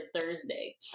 Thursday